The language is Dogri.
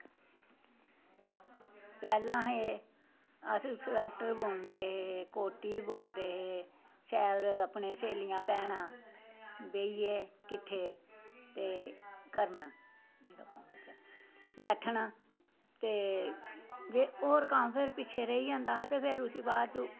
पैह्लें असें एह् अस स्वेटर बुनदे हे कोटी बुनदे हे सारियां अपनियां स्हेलियां भैनां बेहियै किट्ठे ते करना बैठना ते होर कम्म फिर पिच्छें रेही जंदा ते उस्सी बाद च